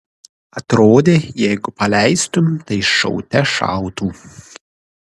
atrodė jeigu paleistum tai šaute šautų